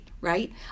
right